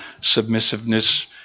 submissiveness